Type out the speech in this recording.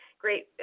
great